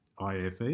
IFE